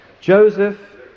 Joseph